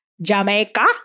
Jamaica